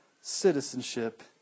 citizenship